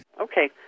Okay